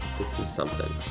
this is something.